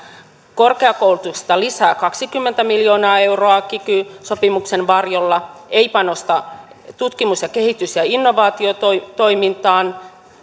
korkeakoulutuksesta lisää kaksikymmentä miljoonaa euroa kiky sopimuksen varjolla ei panosta tutkimus ja kehitys ja innovaatiotoimintaan